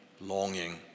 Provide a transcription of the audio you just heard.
Longing